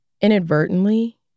inadvertently